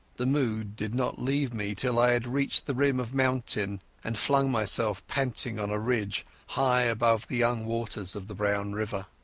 the mood did not leave me till i had reached the rim of mountain and flung myself panting on a ridge high above the young waters of the brown river.